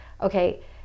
okay